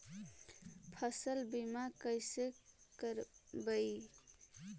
फसल बीमा कैसे करबइ?